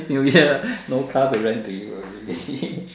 new year no car to rent to you already